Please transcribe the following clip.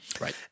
Right